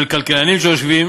של כלכלנים שיושבים